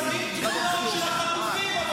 שמים תמונות של החטופים,